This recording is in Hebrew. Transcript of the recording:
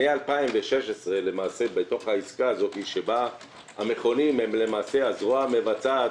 מ-2016 למעשה בתוך העסקה הזאת שבה המכונים הם למעשה הזרוע המבצעת